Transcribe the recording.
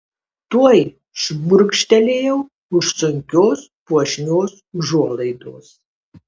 tuoj šmurkštelėjau už sunkios puošnios užuolaidos